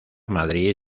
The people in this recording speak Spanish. madrid